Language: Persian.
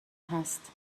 هست